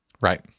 Right